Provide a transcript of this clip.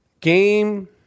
Game